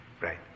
right